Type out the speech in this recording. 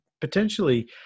potentially